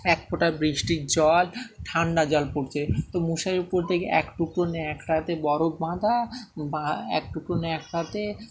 এক ফোঁটায় বৃষ্টির জল ঠান্ডা জল পড়ছে তো মশারির ওপর থেকে এক টুকরো এক রাতে বরফ বাঁধা বা এক টুকরো নেকড়াতে